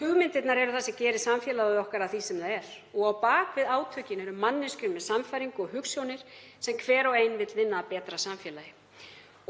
Hugmyndirnar eru það sem gerir samfélagið okkar að því sem það er. Á bak við átökin eru manneskjur með sannfæringu og hugsjónir sem hver og ein vill vinna að betra samfélagi.